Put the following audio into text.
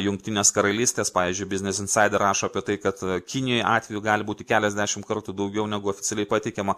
jungtinės karalystės pavyzdžiui biznis insaider rašo apie tai kad kinijoj atvejų gali būti keliasdešimt kartų daugiau negu oficialiai pateikiama